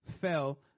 fell